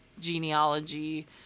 genealogy